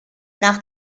nach